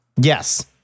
Yes